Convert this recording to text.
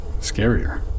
Scarier